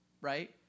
right